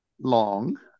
long